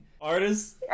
Artists